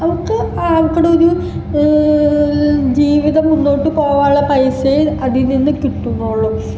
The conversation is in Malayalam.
അവർക്ക് അവരുടെ ഒരു ജീവിതം മുന്നോട്ട് പോവാനുള്ള പൈസയും അതിൽനിന്ന് കിട്ടുന്നുള്ളൂ